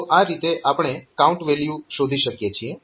તો આ રીતે આપણે કાઉન્ટ વેલ્યુ શોધી શકીએ છીએ